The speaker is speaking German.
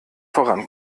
voran